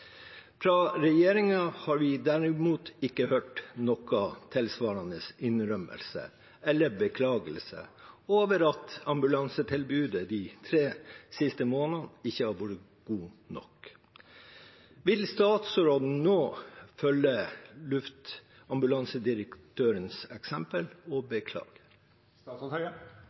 Fra regjeringen har vi derimot ikke hørt noen tilsvarende innrømmelser eller beklagelser over at luftambulansetilbudet de siste tre månedene ikke har vært godt nok. Vil statsråden nå følge luftambulansedirektørens eksempel og beklage?»